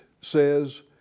says